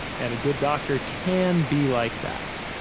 and a good doctor can be like that.